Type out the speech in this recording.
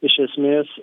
iš esmės